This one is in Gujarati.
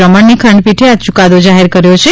રમણની ખંડપીઠે આ ચૂકાદો જાહેર કર્યો છે